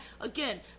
again